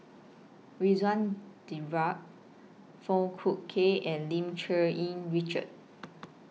Ridzwan Foong Fook Kay and Lim Cherng Yih Richard